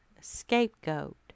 scapegoat